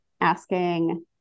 asking